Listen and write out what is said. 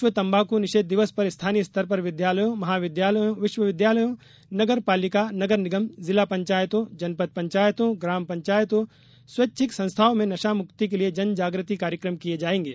विश्व तम्बाकू निषेध दिवस पर स्थानीय स्तर पर विद्यालयों महाविद्यालयों विश्वविद्यालयों नगरपालिका नगर निगम जिला पंचायतों जनपद पंचायतों ग्राम पंचायतों स्वैच्छिक संस्थाओं में नशा मुक्ति के लिये जन जागृति कार्यक्रम किये जायेंगे